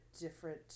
different